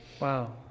Wow